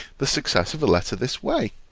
the success of a letter this way